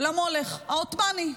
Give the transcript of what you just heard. למולך העות'מאני,